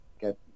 get